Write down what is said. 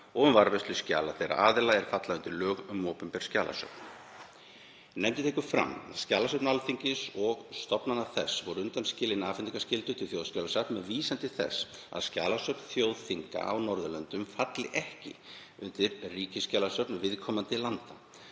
og um varðveislu skjala þeirra aðila sem falla undir lög um opinber skjalasöfn. Nefndin tekur fram að skjalasöfn Alþingis og stofnana þess voru undanskilin afhendingarskyldu til Þjóðskjalasafns með vísan til þess að skjalasöfn þjóðþinga á Norðurlöndum falla ekki undir ríkisskjalasöfn viðkomandi landa